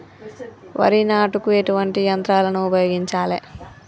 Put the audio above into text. వరి నాటుకు ఎటువంటి యంత్రాలను ఉపయోగించాలే?